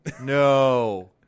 no